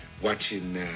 watching